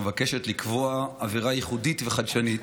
מבקשת לקבוע עבירה ייחודית וחדשנית